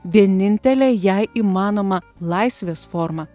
vienintelė jei įmanoma laisvės forma